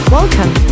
Welcome